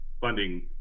funding